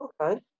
Okay